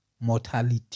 Mortality